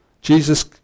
Jesus